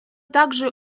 также